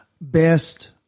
best